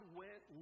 went